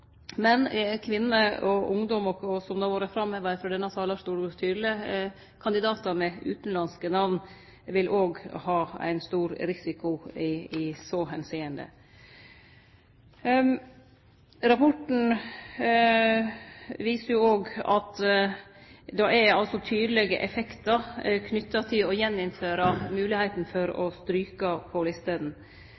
ungdom og kandidatar med utanlandske namn – som det tydeleg har vore framheva frå denne talarstolen – vil òg ha ein stor risiko i så måte. Rapporten viser at det er tydelege effektar av å gjeninnføre moglegheita for å